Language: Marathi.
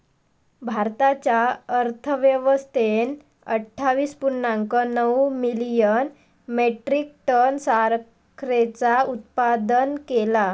भारताच्या अर्थव्यवस्थेन अट्ठावीस पुर्णांक नऊ मिलियन मेट्रीक टन साखरेचा उत्पादन केला